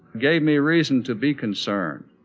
gave me reason to be concerned.